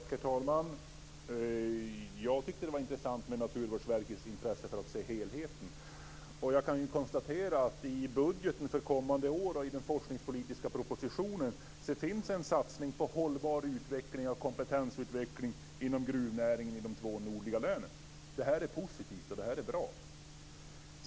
Herr talman! Jag tyckte det var intressant med Naturvårdsverkets intresse att se helheten. Jag kan konstatera att det i budgeten för kommande år och i den forskningspolitiska propositionen finns en satsning på hållbar utveckling och kompetensutveckling inom gruvnäringen i de två nordliga länen. Det är positivt och bra.